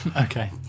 Okay